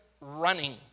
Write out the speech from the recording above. running